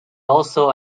also